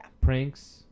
Pranks